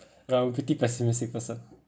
ya I'm a pretty pessimistic person